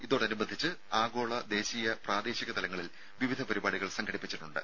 ഇതോടനുബന്ധിച്ച് ആഗോള ദേശീയ പ്രാദേശിക തലങ്ങളിൽ വിവിധ പരിപാടികൾ സംഘടിപ്പിച്ചിട്ടുണ്ട്